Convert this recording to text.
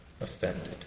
offended